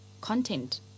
content